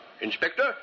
Inspector